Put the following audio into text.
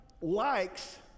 likes